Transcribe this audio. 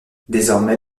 désormais